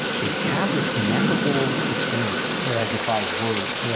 they have this ineffable experience that defies words.